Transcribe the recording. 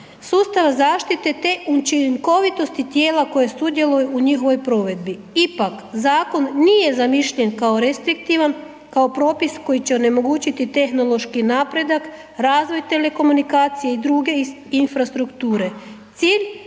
sustava zaštite te učinkovitosti tijela koje sudjeluju u njihovoj provedbi. Ipak zakon nije zamišljen kao restriktivan, kao propis koji će onemogućiti tehnološki napredak, razvoj telekomunikacije i druge infrastrukture. Cilj